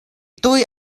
tuj